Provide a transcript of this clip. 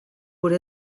gure